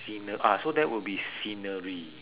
scene~ ah so that will be scenery